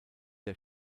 der